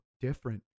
different